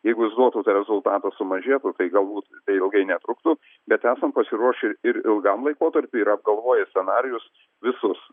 jeigu jis duotų tą rezultatą sumažėtų tai galbūt ilgai netruktų bet esam pasiruošę ir ilgam laikotarpiui ir apgalvoję scenarijus visus